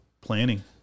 planning